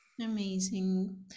amazing